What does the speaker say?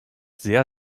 sehr